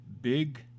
Big